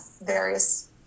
various